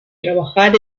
trabajar